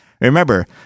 Remember